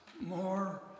more